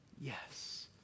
yes